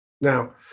Now